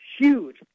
Huge